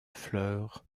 fleurs